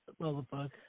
Motherfucker